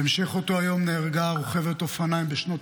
בהמשך אותו היום נהרגה רוכבת אופניים בשנות